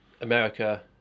America